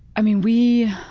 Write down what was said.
i mean, we